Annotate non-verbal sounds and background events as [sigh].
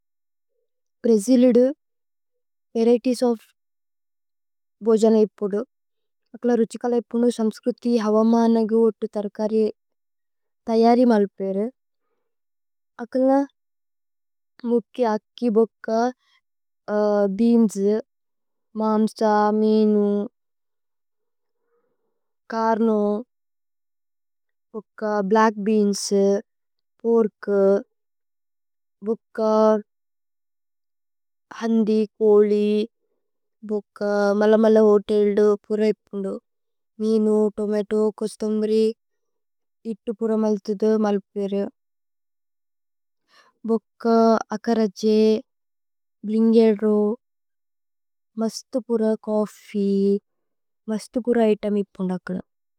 Brazil varieties of ഭോജന ഇപോദു അക്കല രുഛികല। ഇപോനു സമ്സ്ക്രുതി ഹവമ നഗു ഓതു തര്കരി തയരി। മലു പേരു അക്കല [hesitation] മുക്കി അക്കി ബുക്ക। [hesitation] ബേഅന്സ് മാമ്സ മീനു കര്നു ബുക്ക ബ്ലച്ക്। ബേഅന്സ് പോര്ക് ബുക്ക ഹന്ദി കോലി ബുക്ക മലമല। ഹോതേല്സ് ഇപോനു മീനു തോമതോഏ കോസ്തുമരി ഇത്തു। പുരമല്തു മലു പേരു ബുക്ക അക്കരജേ ബ്ലിന്ഗേരോ। മസ്തു പുര ചോഫ്ഫീ മസ്തു പുര ഇതേമ് ഇപോനു അക്കല।